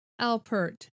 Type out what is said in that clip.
Alpert